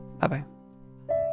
bye-bye